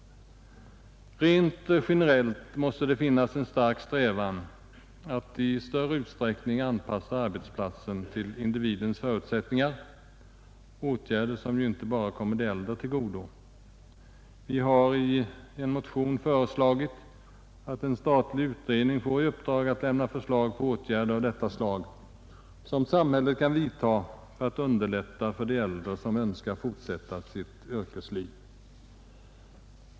Rent generellt måste det finnas en stark strävan att i större utsträckning än hittills anpassa arbetsplatsen till individens förutsättningar, åtgärder som inte bara kommer de äldre till godo. Vi har i en motion begärt att en statlig utredning skall få i uppdrag att lämna förslag till åtgärder av detta slag som samhället kan vidtaga för att underlätta för de äldre som önskar fortsätta sitt yrkesliv.